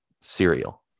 cereal